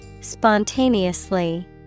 Spontaneously